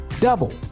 double